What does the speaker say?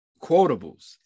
quotables